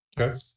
Okay